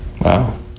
Wow